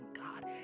God